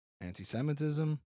Anti-Semitism